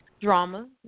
drama